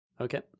Okay